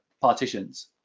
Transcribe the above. partitions